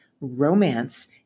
romance